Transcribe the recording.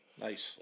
Nice